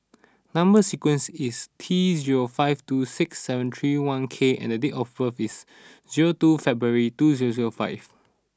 number sequence is T zero five two six seven three one K and date of birth is zero two February two zero zero five